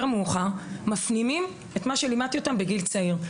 מאוחר מפנימים את מה שלימדתי אותם בגיל צעיר.